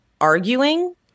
arguing